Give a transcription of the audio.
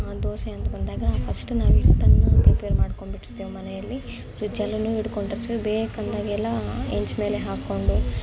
ದೋಸೆ ಅಂತ ಬಂದಾಗ ಫಸ್ಟ್ ನಾವು ಹಿಟ್ಟನ್ನ ಪ್ರಿಪೇರ್ ಮಾಡ್ಕೊಂಡು ಬಿಟ್ಟಿರ್ತೀವಿ ಮನೆಯಲ್ಲಿ ಫ್ರಿಡ್ಜ್ ಅಲ್ಲೂ ಇಟ್ಕೊಂಡಿರ್ತೀವಿ ಬೇಕಂದಾಗೆಲ್ಲ ಹೆಂಚು ಮೇಲೆ ಹಾಕ್ಕೊಂಡು